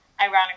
ironically